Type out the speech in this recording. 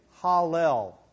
Hallel